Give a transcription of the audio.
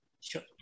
Sure